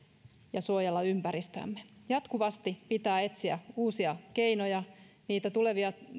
ja suojella ympäristöämme jatkuvasti pitää etsiä uusia keinoja niitä tulevia